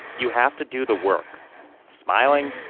you have to do the work smiling,